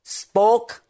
spoke